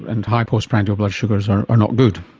and high post-prandial blood sugars are are not good.